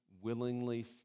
willingly